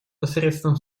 посредством